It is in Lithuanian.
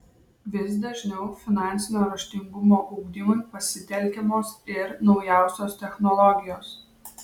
vis dažniau finansinio raštingumo ugdymui pasitelkiamos ir naujausios technologijos